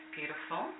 Beautiful